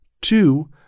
Two